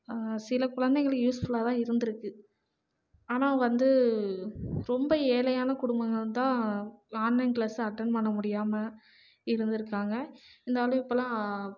சில குழந்தைகளுக்கு யூஸ்ஃபுல்லாக தான் இருந்திருக்கு ஆனால் வந்து ரொம்ப ஏழையான குடும்பங்கள்தான் ஆன்லைன் க்ளாஸு அட்டென் பண்ண முடியாமல் இருந்திருக்காங்க இருந்தாலும் இப்போல்லாம்